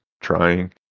trying